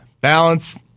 balance